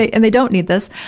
they, and they don't need this.